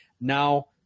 now